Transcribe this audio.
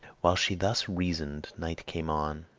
while she thus reasoned night came on,